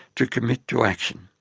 to commit to action.